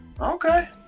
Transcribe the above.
Okay